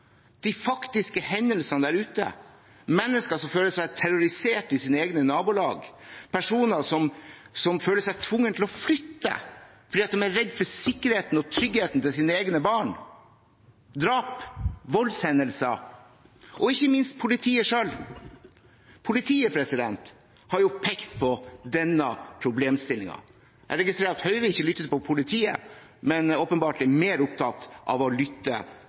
de hendelsene vi har sett, de faktiske hendelsene der ute, mennesker som føler seg terrorisert i sitt eget nabolag, personer som føler seg tvunget til å flytte fordi de er redd for sikkerheten og tryggheten til sine egne barn – drap, voldshendelser. Ikke minst har politiet selv pekt på denne problemstillingen. Jeg registrerer at Høyre ikke lytter til politiet, men åpenbart er mer opptatt av å lytte